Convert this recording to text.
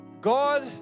God